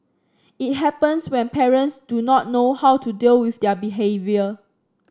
it happens when parents do not know how to deal with their behaviour